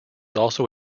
also